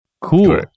Cool